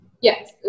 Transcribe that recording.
Yes